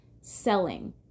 selling